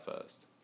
first